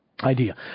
idea